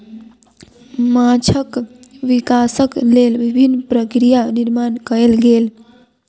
माँछक विकासक लेल विभिन्न प्रक्रिया निर्माण कयल गेल